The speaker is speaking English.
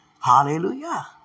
Hallelujah